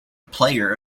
player